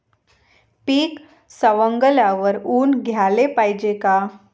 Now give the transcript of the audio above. पीक सवंगल्यावर ऊन द्याले पायजे का?